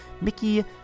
mickey